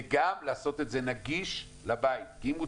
וגם לעשות את זה נגיש לבית כי אם הוא